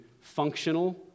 functional